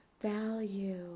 Value